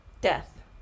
Death